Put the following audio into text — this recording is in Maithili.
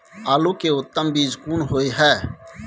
आलू के उत्तम बीज कोन होय है?